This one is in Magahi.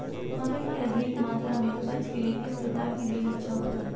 मकई की अधिक मात्रा में उपज के लिए किस प्रकार की बीज अच्छा होता है?